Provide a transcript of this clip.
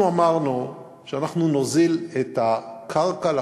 אנחנו אמרנו שאנחנו נוזיל את הקרקע לקבלן,